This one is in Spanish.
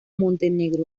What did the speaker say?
montenegro